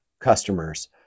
customers